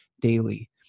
daily